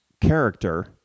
character